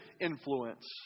influence